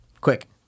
Quick